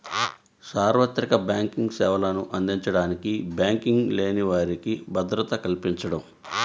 సార్వత్రిక బ్యాంకింగ్ సేవలను అందించడానికి బ్యాంకింగ్ లేని వారికి భద్రత కల్పించడం